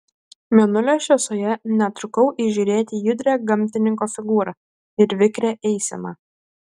mėnulio šviesoje netrukau įžiūrėti judrią gamtininko figūrą ir vikrią eiseną